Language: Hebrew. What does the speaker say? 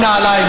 לא נעליים,